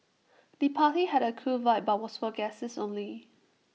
the party had A cool vibe but was for guests only